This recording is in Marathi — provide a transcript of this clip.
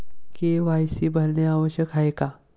के.वाय.सी भरणे आवश्यक आहे का?